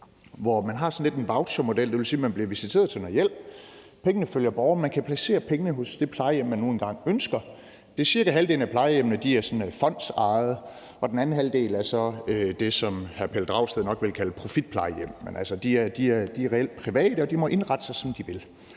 hvor man har sådan lidt en vouchermodel. Det vil sige, at man bliver visiteret til noget hjælp, pengene følger borgeren, og man kan placere pengene hos det plejehjem, man nu engang ønsker. Cirka halvdelen af plejehjemmene er fondsejede, og den anden halvdel er så det, som hr. Pelle Dragsted nok ville kalde profitplejehjem, men de er reelt private, og de må indrette sig, som de vil.